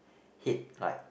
hit like